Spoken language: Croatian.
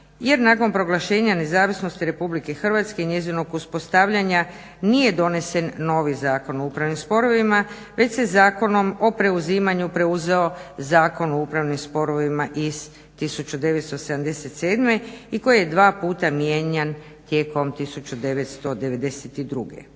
jer nakon proglašenja nezavisnosti Republike Hrvatske i njezinog uspostavljanja nije donesen novi Zakon o upravnim sporovima već se Zakonom o preuzimanju preuzeo Zakon o upravnim sporovima iz 1977. i koji je dva puta mijenjan tijekom 1992.